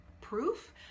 proof